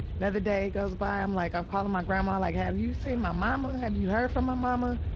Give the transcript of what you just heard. another day goes by, i'm like, i'm calling my grandma like, have you seen my momma, have you heard from my momma?